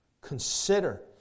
consider